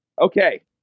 Okay